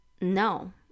no